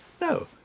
No